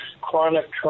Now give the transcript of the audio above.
chronic